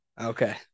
Okay